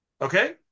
Okay